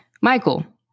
Michael